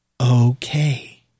okay